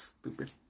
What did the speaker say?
Stupid